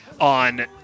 on